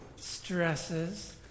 stresses